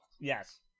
Yes